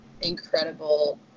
incredible